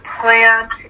plant